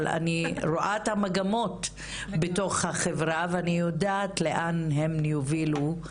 אבל אני רואה את המגמות בתוך החברה ואני יודעת לאן הם יובילו.